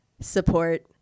support